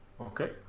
Okay